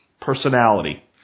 personality